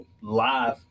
live